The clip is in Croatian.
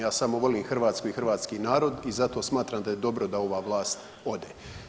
Ja samo volim Hrvatsku i hrvatski narod i zato smatram da je dobro da ova vlast ode.